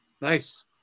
Nice